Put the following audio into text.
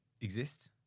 exist